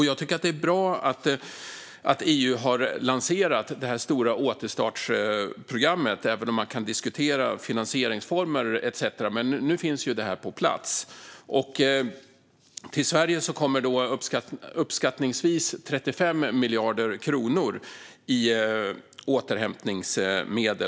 Jag tycker att det är bra att EU har lanserat det här stora återstartsprogrammet, även om man kan diskutera finansieringsformer etcetera. Men nu finns det på plats, och till Sverige kommer uppskattningsvis 35 miljarder kronor i återhämtningsmedel.